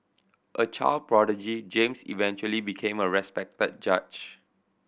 a child prodigy James eventually became a respected judge